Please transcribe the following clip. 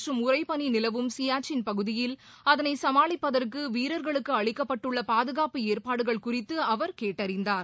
மற்றும் உறைபனிநிலவும் பகுதியில் கடுமையானகுளிர் அதனைசமாளிப்பதற்குவீரர்களுக்கு அளிக்கப்பட்டுள்ளபாதுகாப்பு ஏற்பாடுகள் குறித்துஅவர் கேட்டறிந்தார்